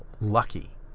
lucky